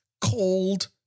Cold